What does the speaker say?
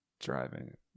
Driving